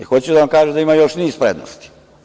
Hoću da vam kažem da ima još niz prednosti.